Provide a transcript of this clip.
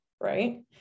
right